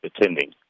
attending